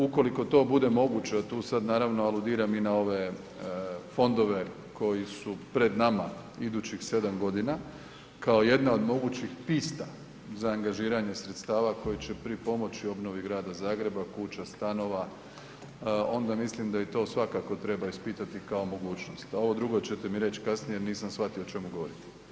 Ukoliko to bude moguće, a tu sad naravno aludiram i na ove fondove koji su pred nama idućih 7 godina kao jedna od mogućih pista za angažiranje sredstava koji će pripomoći obnovi Grada Zagreba, kuća, stanova, onda mislim da i to svakako treba ispitati kao mogućnost, a ovo drugo ćete mi reći kasnije jer nisam shvatio o čemu govorite.